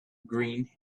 green